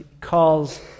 calls